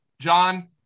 John